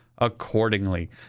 Accordingly